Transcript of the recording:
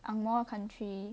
ang moh country